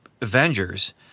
Avengers